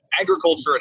agriculture